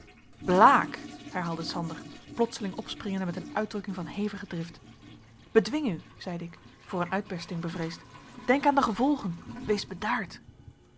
blaek herhaalde sander plotseling opspringende met een uitdrukking van hevige drift bedwing u zeide ik voor een uitbersting bevreesd denk aan de gevolgen wees bedaard